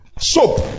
Soap